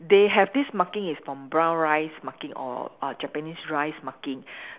they have this marking is for brown rice marking or or Japanese rice marking